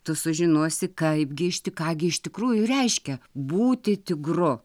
tu sužinosi kaipgi išti ką gi iš tikrųjų reiškia būti tigru